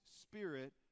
Spirit